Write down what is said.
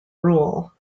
rule